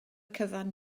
cyfan